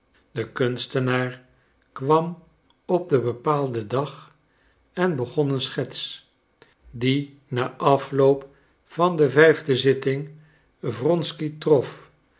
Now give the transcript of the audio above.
de kunstenaar kwam op den bepaalden dag en begon een schets die na afloop van de vijfde zitting wronsky trof